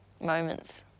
moments